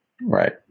Right